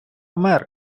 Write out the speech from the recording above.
вмер